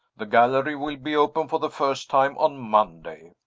the gallery will be open for the first time on monday.